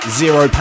zero